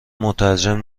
مترجم